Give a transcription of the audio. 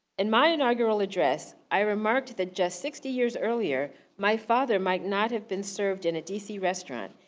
in my inaugural address, i remarked that just sixty years earlier my father might not have been served in a dc restaurant,